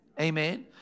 Amen